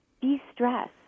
de-stress